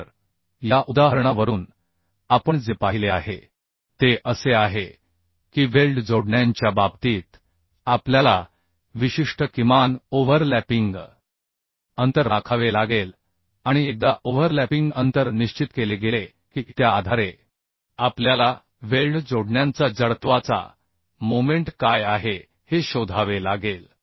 तर या उदाहरणावरून आपण जे पाहिले आहे ते असे आहे की वेल्ड जोडण्यांच्या बाबतीत आपल्याला विशिष्ट किमान ओव्हरलॅपिंग अंतर राखावे लागेल आणि एकदा ओव्हरलॅपिंग अंतर निश्चित केले गेले की त्या आधारे आपल्याला वेल्ड जोडण्यांचा जडत्वाचा मोमेंट काय आहे हे शोधावे लागेल